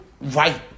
Right